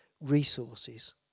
resources